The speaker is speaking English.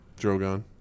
Drogon